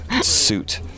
suit